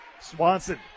Swanson